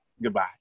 goodbye